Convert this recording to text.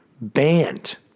banned